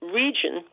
region